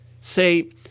say